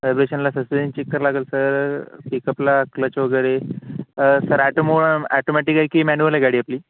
व्हायब्रेशनला suspension check करा लागेल sir चेकअपला क्लच वगैरे सर ॲटोमो ॲटोमॅटिक आहे की मॅन्युअल आहे गाडी आपली